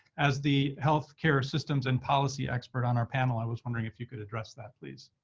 as the health care systems and policy expert on our panel, i was wondering if you could address that, please.